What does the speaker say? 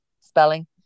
spelling